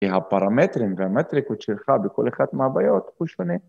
כי הפרמטרים והמטריקות שלך בכל אחת מהבעיות הוא שונה.